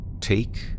Take